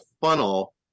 funnel